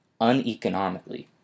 uneconomically